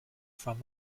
from